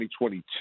2022